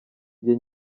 njye